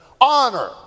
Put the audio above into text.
honor